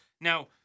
Now